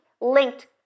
linked